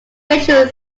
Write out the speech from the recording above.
facial